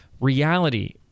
reality